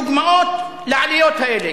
דוגמאות לעליות האלה,